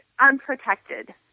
unprotected